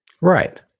Right